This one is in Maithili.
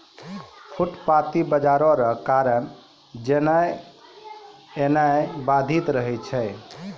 फुटपाटी बाजार रो कारण जेनाय एनाय बाधित रहै छै